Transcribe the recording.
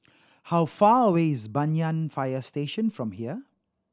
how far away is Banyan Fire Station from here